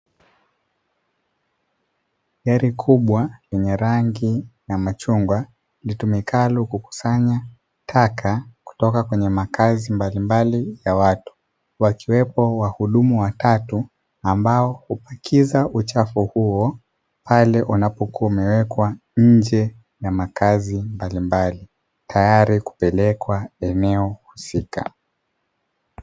gari kubwa yenye rangi ya machungwa litumikalo kukusanya taka kutoka kwenye makazi mbalimbali ya watu wakiwepo wahudumu watatu ambao hupakiza uchafu huo, pale unapokua umewekwa nje ya makazi mbalimbali tayari kupelekwa eneo husika.